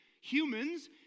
humans